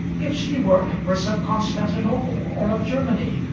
if she were empress of constantinople or of germany,